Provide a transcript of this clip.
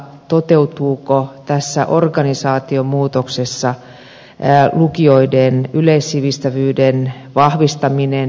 toteutuuko tässä organisaatiomuutoksessa lukioiden yleissivistävyyden vahvistaminen